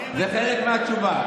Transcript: זה חלק מהתשובה.